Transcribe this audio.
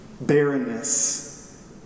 barrenness